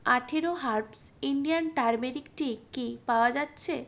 আঠারো herbs Indian turmeric tea কি পাওয়া যাচ্ছে